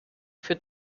für